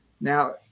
now